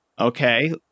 Okay